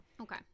okay